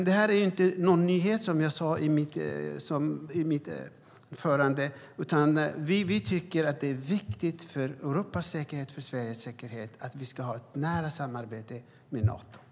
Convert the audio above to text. Detta är inte någon nyhet, som jag sade i mitt anförande. Vi tycker att det är viktigt för Europas säkerhet och för Sveriges säkerhet att vi har ett nära samarbete med Nato.